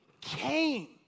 came